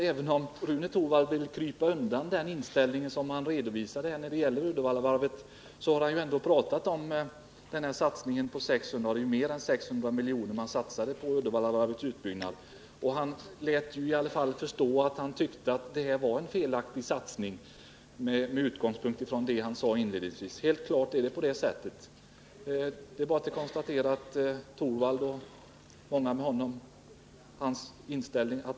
Även om Rune Torwald vill krypa undan den inställning till Uddevallavarvet som han redovisade här, har han ändå pratat om satsningen på mer än 600 miljoner på Uddevallavarvets utbyggnad, och han lät i alla fall förstå att han tyckte det var en felaktig satsning. Det är bara att konstatera att han och många med honom har den inställningen.